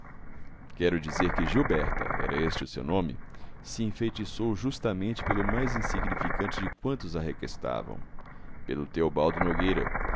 quero dizer que gilberta era este o seu nome se enfeitiçou justamente pelo mais insignificante de quantos a requestavam pelo teobaldo nogueira